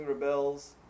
rebels